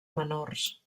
menors